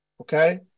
Okay